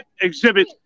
exhibit